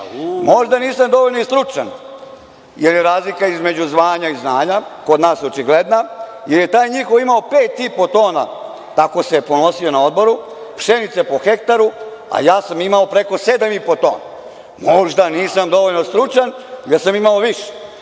para. Možda nisam dovoljno stručan jer je razlika između znanja i zvanja kod nas očigledna jer je taj njihov imao 5,5, tako se ponosio na odboru, tona pšenice po hektaru a ja sam imao preko 7,5 tona. Možda nisam dovoljno stručan, jer sam imao viće.